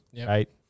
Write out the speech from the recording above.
Right